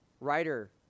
writer